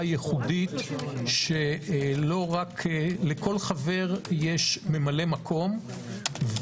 ייחודית שלא רק - לכל חבר יש ממלא מקום.